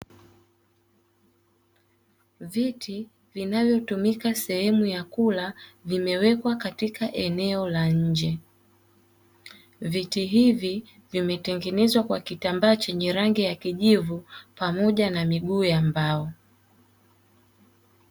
Viti vinavyotumika sehemu ya kula vimewekwa katika eneo la nje. Viti hivi vimetengenezwa kwa kitambaa chenye rangi ya kijivu pamoja na miguu ya mbao.